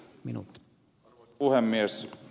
arvoisa puhemies